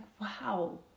wow